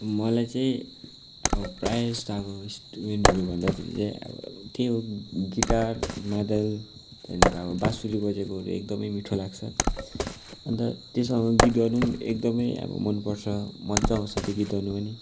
मलाई चाहिँ अब प्रायः जस्तो अब इन्सट्रुमेन्टहरू भन्दा चाहिँ अब त्यही हो गिटार मादल त्यहाँको अब बाँसुरी बजेकोहरू एकदम मिठो लाग्छ अन्त त्यस्तो खाले गीत गर्न एकदम मन पर्छ मजा आउँछ त्यो गीतहरू पनि